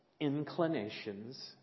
inclinations